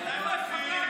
מתי מצביעים?